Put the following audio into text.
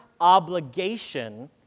obligation